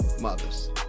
mothers